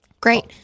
Great